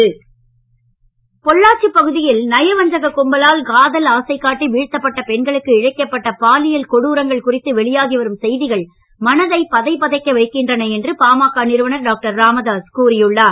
ராமதாஸ் அறிக்கை பொள்ளாச்சி பகுதியில் நயவஞ்சக கும்பலால் காதல் ஆசை காட்டி வீழ்த்தப்பட்ட பெண்களுக்கு இழைக்கப்பட்ட பாலியல் கொடூரங்கள் குறித்து வெளியாகி வரும் செய்திகள் மனதை பதைபதைக்க வைக்கின்றன என்று பாமக நிறுவனர் டாக்டர் ராமதாஸ் கூறியுள்ளார்